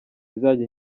izajya